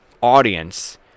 audience